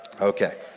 Okay